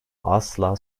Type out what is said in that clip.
asla